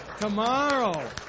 tomorrow